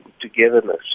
togetherness